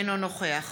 אינו נוכח